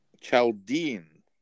Chaldean